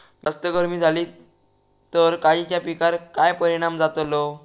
जास्त गर्मी जाली तर काजीच्या पीकार काय परिणाम जतालो?